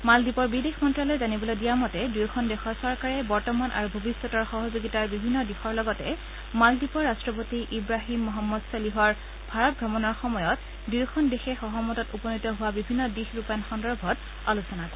মালদ্বীপৰ বিদেশ মন্ত্যালয়ে জানিবলৈ দিয়া মতে দয়োখন দেশৰ চৰকাৰে বৰ্তমান আৰু ভৱিষ্যতৰ সহযোগিতাৰ বিভিন্ন দিশৰ লগতে মালদ্বীপৰ ৰাট্টপতি ইৱাহিম মহম্মদ ছলিহৰ ভাৰত ভ্ৰমণৰ সময়ত দুয়োখন দেশে সহমতত উপনীত হোৱা বিভিন্ন দিশ ৰূপায়ণ সন্দৰ্ভত আলোচনা কৰিব